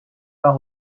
pas